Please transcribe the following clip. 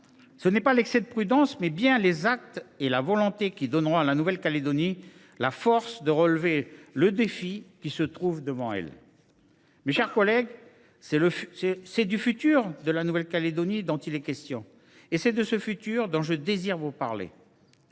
Ce n’est pas l’excès de prudence, mais bien les actes et la volonté qui donneront à la Nouvelle Calédonie la force de relever les défis qui l’attendent. Mes chers collègues, c’est de l’avenir de la Nouvelle Calédonie qu’il est question et c’est de cet avenir que je désire vous parler.